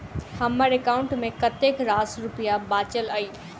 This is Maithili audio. हम्मर एकाउंट मे कतेक रास रुपया बाचल अई?